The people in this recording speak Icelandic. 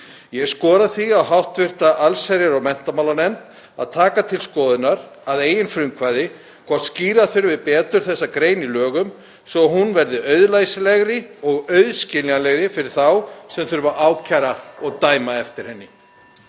Ég skora því á hv. allsherjar- og menntamálanefnd að taka til skoðunar að eigin frumkvæði hvort skýra þurfi betur þessa grein í lögum svo að hún verði auðlæsilegri og auðskiljanlegri fyrir þá sem þurfa að ákæra og dæma eftir henni.